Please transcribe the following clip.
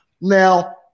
Now